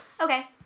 okay